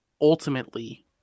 ultimately